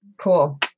Cool